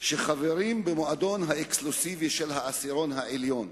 שחברים במועדון האקסקלוסיבי של העשירון העליון.